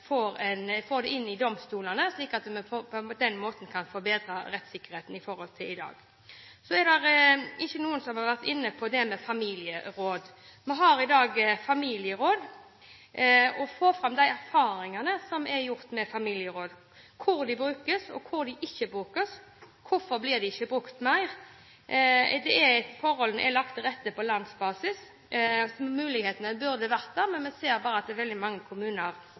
på den måten kan bedre rettssikkerheten i forhold til i dag. Så er det ingen som har vært inne på dette med familieråd. Vi har familieråd i dag. Det er viktig å få fram de erfaringene som er gjort med familieråd – hvor de brukes, og hvor de ikke brukes. Hvorfor blir de ikke brukt mer? Er forholdene lagt til rette for dette på landsbasis? Mulighetene burde være der, men vi ser at veldig mange kommuner ikke bruker dem. Dette er det viktig at vi ser på. Så er